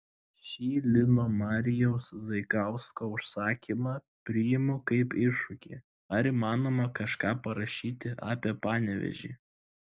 šį lino marijaus zaikausko užsakymą priimu kaip iššūkį ar įmanoma kažką parašyti apie panevėžį